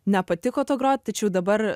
nepatiko tuo grot tačiau dabar